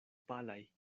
palaj